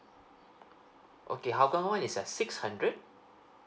okay hougang one it's a six hundred